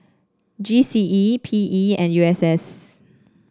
G C E P E and U S S